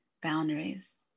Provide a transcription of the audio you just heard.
boundaries